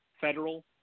federal